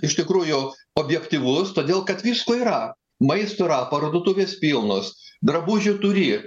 iš tikrųjų objektyvus todėl kad visko yra maisto parduotuvės pilnos drabužių turi